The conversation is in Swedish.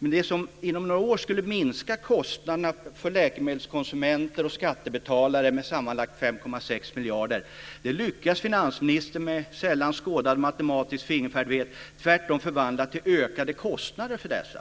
Men det som inom några år skulle minska kostnaderna för läkemedelskonsumenter och skattebetalare med sammanlagt 5,6 miljarder, lyckas finansministern med sällan skådad matematisk fingerfärdighet tvärtom förvandla till ökade kostnader för dessa.